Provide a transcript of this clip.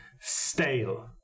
stale